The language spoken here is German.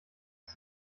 das